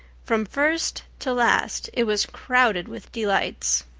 from first to last it was crowded with delights.